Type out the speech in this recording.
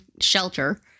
shelter